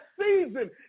season